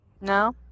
No